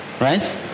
right